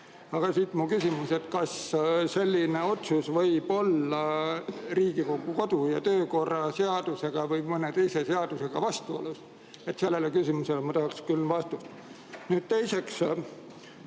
Siit mu küsimus: kas selline otsus võib olla Riigikogu kodu- ja töökorra seaduse või mõne teise seadusega vastuolus? Sellele küsimusele ma tahaks küll vastust. Nüüd teiseks,